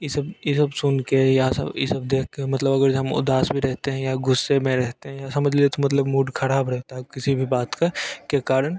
ई सब ई सब सुन कर या सब ई सब देख कर मतलब अगर हम उदास भी रहते हैं या गुस्से में रहते हैं समझ लीजिए तो मतलब मूड खराब रहता है किसी भी बात का के कारण